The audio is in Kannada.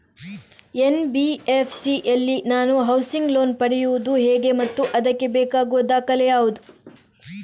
ಎನ್.ಬಿ.ಎಫ್.ಸಿ ಯಲ್ಲಿ ನಾನು ಹೌಸಿಂಗ್ ಲೋನ್ ಪಡೆಯುದು ಹೇಗೆ ಮತ್ತು ಅದಕ್ಕೆ ಬೇಕಾಗುವ ದಾಖಲೆ ಯಾವುದು?